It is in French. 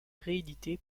réédité